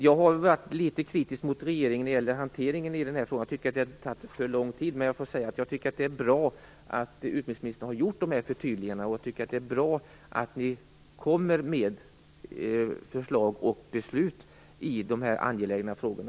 Jag har varit litet kritisk mot regeringen när det gäller hanteringen av den här frågan. Jag tycker det har tagit för lång tid. Men det är bra att utbildningsministern nu har gjort de här förtydligandena, och det är bra att ni kommer med förslag och beslut i de här angelägna frågorna.